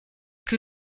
que